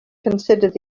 considered